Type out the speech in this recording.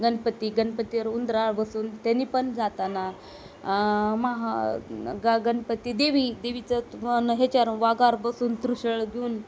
गणपती गणपतीवर उंदरावर बसून त्यांनी पण जाताना महा ग गणपती देवी देवीचं मन ह्याच्यावर वाघावर बसून त्रिशूळ घेऊन